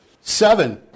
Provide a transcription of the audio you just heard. Seven